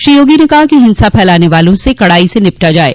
श्री योगी ने कहा कि हिंसा फैलाने वालों से कड़ाई से निपटा जाये